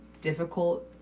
difficult